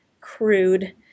crude